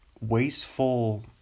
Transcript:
wasteful